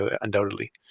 undoubtedly